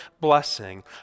blessing